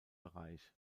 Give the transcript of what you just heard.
bereich